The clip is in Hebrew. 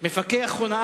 והביטחון נתקבלה.